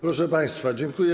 Proszę państwa, dziękuję.